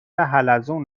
حلزون